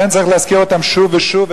ולכן צריך להזכיר אותם שוב ושוב,